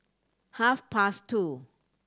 half past two